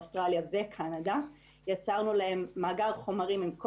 אוגוסט שאנחנו עומדים לפתחו ואנחנו רוצים גם שאמון